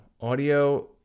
audio